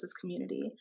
community